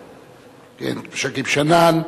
כן, שכיב שנאן,